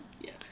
Yes